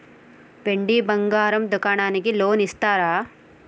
వెండి బంగారం దుకాణానికి లోన్ ఇస్తారా?